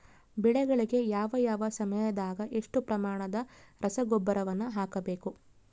ಬೆಳೆಗಳಿಗೆ ಯಾವ ಯಾವ ಸಮಯದಾಗ ಎಷ್ಟು ಪ್ರಮಾಣದ ರಸಗೊಬ್ಬರವನ್ನು ಹಾಕಬೇಕು?